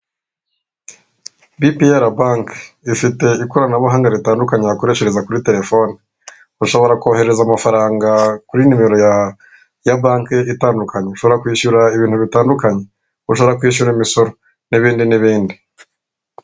Bipiyara banke ifite ikoranabuhanga ritandukanye bakoresheza kuri telefoni ushobora kohereza amafaranga kuri numero ya banki itandukanye, ushobora kwishyura ibintu bitandukanye ushaka kwishyura imisoro, n'ibindi n'ibindi.